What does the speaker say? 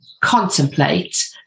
contemplate